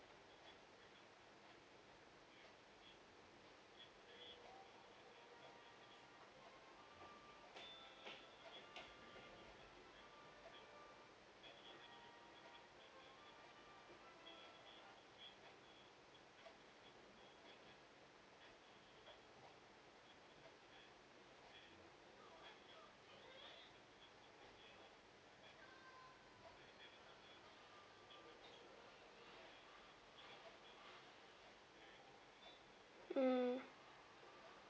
mm